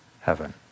heaven